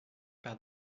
par